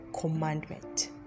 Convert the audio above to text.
commandment